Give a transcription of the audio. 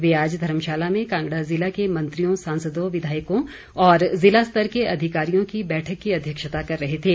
वे आज धर्मशाला में कांगड़ा जिला के मंत्रियों सांसदों विधायकों और जिला स्तर के अधिकारियों की बैठक की अध्यक्षता कर रहे थे